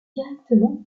directement